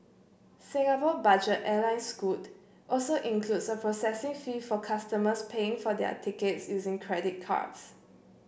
Singapore budget airline Scoot also includes a processing fee for customers paying for their tickets using credit cards